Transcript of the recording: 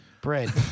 Bread